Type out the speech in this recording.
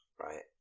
right